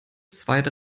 zweite